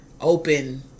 open